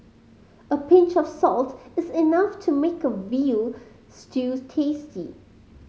a pinch of salt is enough to make a veal stew tasty